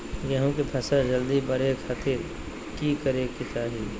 गेहूं के फसल जल्दी बड़े खातिर की करे के चाही?